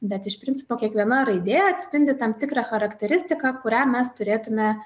bet iš principo kiekviena raidė atspindi tam tikrą charakteristiką kurią mes turėtume